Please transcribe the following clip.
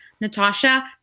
Natasha